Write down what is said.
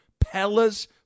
Pella's